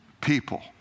people